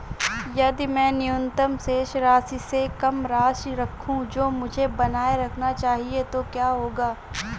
यदि मैं न्यूनतम शेष राशि से कम राशि रखूं जो मुझे बनाए रखना चाहिए तो क्या होगा?